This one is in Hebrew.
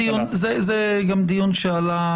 זה גם דיון שעלה,